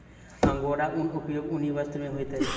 angora ऊनक उपयोग ऊनी वस्त्र में होइत अछि